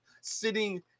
sitting